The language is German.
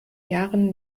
jahren